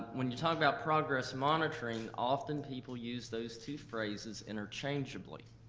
when you're talking about progress monitoring, often people use those two phrases interchangeably,